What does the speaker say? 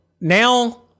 now